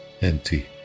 empty